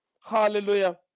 Hallelujah